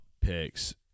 picks